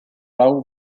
hau